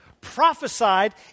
prophesied